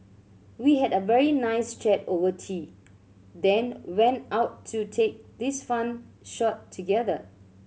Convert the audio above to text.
we had a very nice chat over tea then went out to take this fun shot together